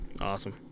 awesome